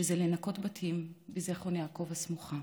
שזה לנקות בתים בזיכרון יעקב הסמוכה.